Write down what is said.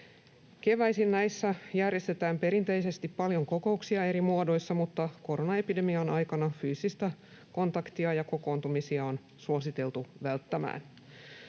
Keväisin näissä järjestetään perinteisesti paljon kokouksia eri muodoissa, mutta koronaepidemian aikana fyysistä kontaktia ja kokoontumisia on suositeltu välttämään.